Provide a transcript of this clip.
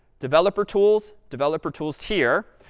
developer tools, developer tools here.